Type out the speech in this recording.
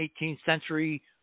18th-century